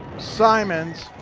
simons